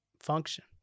function